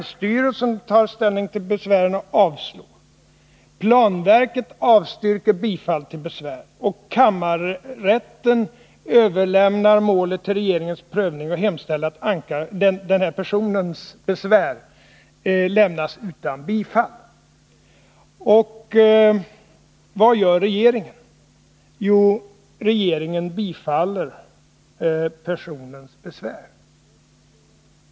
Länsstyrelsen tar ställning till besvären och avslår dem. Planverket avstyrker bifall till besvären, och kammarrätten överlämnar målet till regeringens prövning och hemställer att den här personens besvär lämnas utan bifall. Och vad gör regeringen? Jo, regeringen bifaller personens besvär.